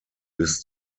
bis